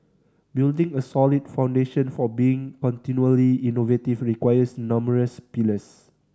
building a solid foundation for being continually innovative requires numerous pillars